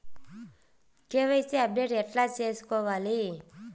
KYC update ఎట్లా సేసుకోవాలి?